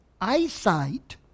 eyesight